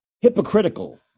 hypocritical